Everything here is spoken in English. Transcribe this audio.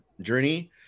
journey